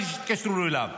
בלי שהתקשרו אליו.